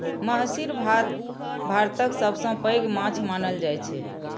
महसीर भारतक सबसं पैघ माछ मानल जाइ छै